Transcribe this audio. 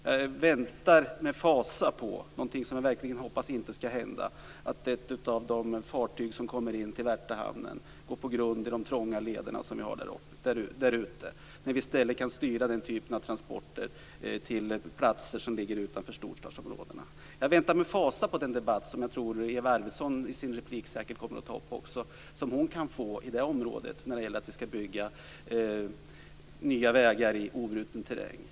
Jag väntar med fasa på något jag som verkligen hoppas inte skall hända, nämligen att ett av de fartyg som kommer in till Värtahamnen går på grund i de trånga lederna därute. I stället kan vi ju styra den typen av transporter till platser som ligger utanför storstadsområdena. Jag väntar med fasa på den debatt Eva Arvidsson kan få i sitt område, och som hon säkert kommer att ta upp i sitt inlägg, när det gäller att bygga nya vägar i obruten terräng.